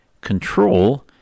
control